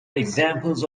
examples